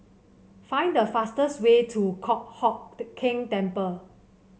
find the fastest way to Kong Hock The Keng Temple